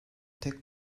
tek